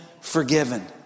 forgiven